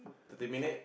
thirty minute